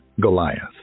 Goliath